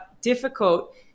difficult